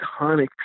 iconic